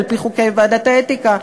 על-פי חוקי ועדת האתיקה,